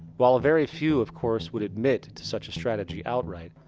while very few, of course would admit to such a strategy outright.